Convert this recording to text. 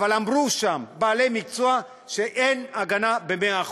אבל אמרו שם בעלי מקצוע שאין הגנה במאה אחוז.